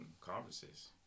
conferences